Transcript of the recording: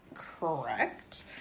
correct